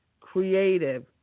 creative